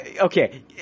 okay